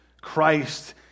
Christ